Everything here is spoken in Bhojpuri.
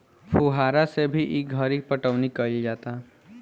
फुहारा से भी ई घरी पटौनी कईल जाता